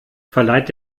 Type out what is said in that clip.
verleiht